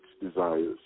desires